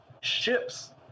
ships